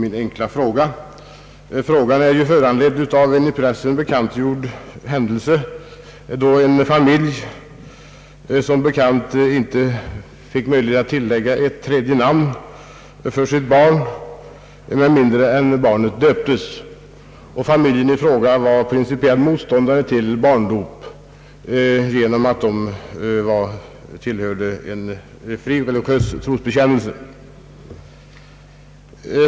Min enkla fråga föranleddes av en i pressen bekantgjord händelse, då en familj inte fick möjlighet att ge sitt barn ett tredje namn med mindre än att barnet döptes; familjen var principiell motståndare till barndop på grund av sin anslutning till en frireligiös trosbekännelse.